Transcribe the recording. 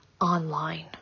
online